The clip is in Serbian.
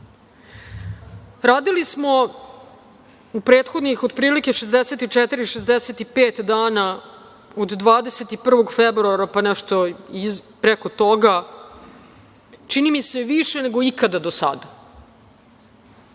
jasno. Radili smo u prethodnih otprilike 64, 65 dana, od 21. februara, pa nešto i preko toga, čini mi se više nego ikada do sada,